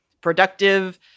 productive